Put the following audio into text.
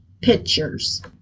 pictures